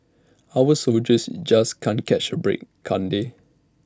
our soldiers just can't catch A break can't they